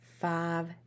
five